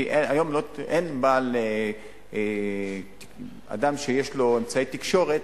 כי היום אין אדם שיש לו אמצעי תקשורת,